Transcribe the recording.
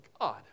God